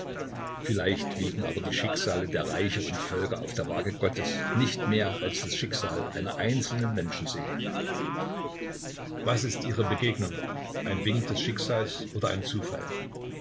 vielleicht wiegen aber die schicksale der reiche und völker auf der waage gottes nicht mehr als das schicksal einer einzelnen menschenseele was ist ihre begegnung ein wink des schicksals oder ein zufall